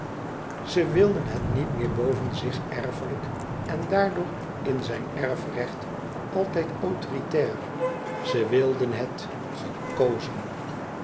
ze wilden het niet meer boven zich erfelijk en daardoor in zijn erfrecht altijd autoritair ze wilden het gekozen